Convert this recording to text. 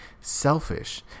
selfish